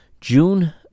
June